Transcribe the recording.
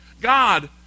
God